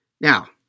Now